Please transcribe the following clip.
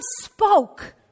spoke